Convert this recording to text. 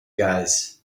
guys